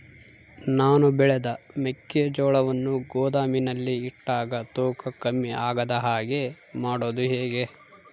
ನಾನು ಬೆಳೆದ ಮೆಕ್ಕಿಜೋಳವನ್ನು ಗೋದಾಮಿನಲ್ಲಿ ಇಟ್ಟಾಗ ತೂಕ ಕಮ್ಮಿ ಆಗದ ಹಾಗೆ ಮಾಡೋದು ಹೇಗೆ?